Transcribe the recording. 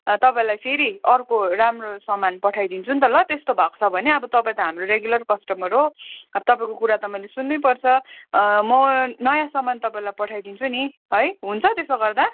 तपाईँलाई फेरि अर्को राम्रो सामान पठाइदिन्छु नि त ल त्यस्तो भएको छ भने अब तपाईँ त हाम्रो रेगुलर कस्टमर हो अब तपाईँको कुरा त मैले सुन्नु नै पर्छ म नयाँ सामान तपाईँलाई पठाइदिन्छु नि है हुन्छ त्यसो गर्दा